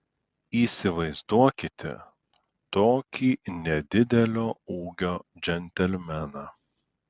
įsivaizduokite tokį nedidelio ūgio džentelmeną